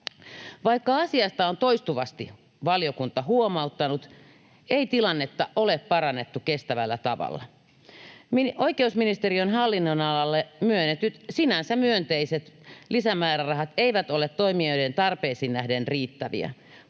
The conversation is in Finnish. Vaikka asiasta on toistuvasti valiokunta huomauttanut, ei tilannetta ole parannettu kestävällä tavalla. Oikeusministeriön hallinnonalalle myönnetyt, sinänsä myönteiset lisämäärärahat eivät ole toimijoiden tarpeisiin nähden riittäviä.